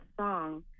song